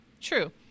true